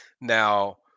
Now